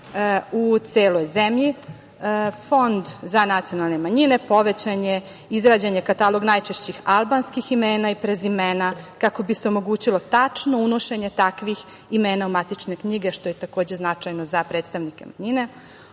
u celoj zemlji, fond za nacionalne manjine povećan je, izrađen je katalog najčešćih albanskih imena i prezimena, kako bi se omogućilo tačno unošenje takvih imena u matične knjige, što je takođe značajno za predstavnike manjine,